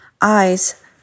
eyes